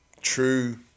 True